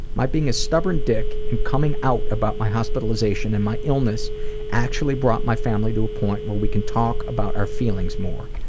my being a stubborn dick and coming out about my hospitalization and my illness actually brought my family to a point where we can talk about our feelings more.